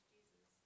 Jesus